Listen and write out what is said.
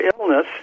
illness